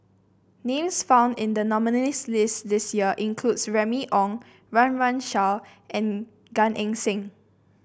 names found in the nominees' list this year includes Remy Ong Run Run Shaw and Gan Eng Seng